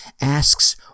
asks